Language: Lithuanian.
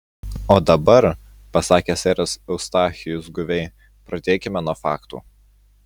o dabar pasakė seras eustachijus guviai pradėkime nuo faktų